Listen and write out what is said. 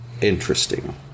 interesting